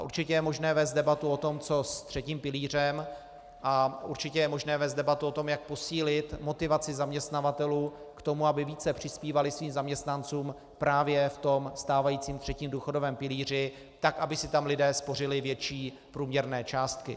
Určitě je možné vést debatu o tom, co s třetím pilířem, a určitě je možné vést debatu o tom, jak posílit motivaci zaměstnavatelů k tomu, aby více přispívali svým zaměstnancům právě ve stávajícím třetím důchodovém pilíři tak, aby si tam lidé spořili větší průměrné částky.